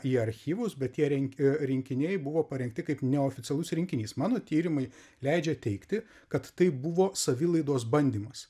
į archyvus bet tie renk rinkiniai buvo parengti kaip neoficialus rinkinys mano tyrimai leidžia teigti kad tai buvo savilaidos bandymas